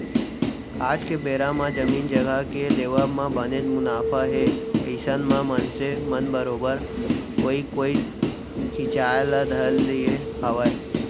आज के बेरा म जमीन जघा के लेवब म बनेच मुनाफा हे अइसन म मनसे मन बरोबर ओइ कोइत खिंचाय ल धर लिये हावय